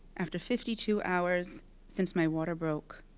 after fifty two hours since my water broke,